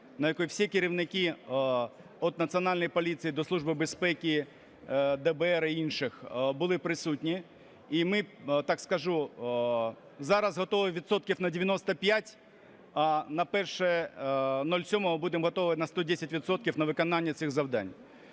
на якій всі керівники від Національної поліції до Служби безпеки, ДБР і інших були присутні. І ми, так скажу, зараз готові відсотків на 95, а на 01.07 ми будемо готові на 110 відсотків на виконання цих завдань.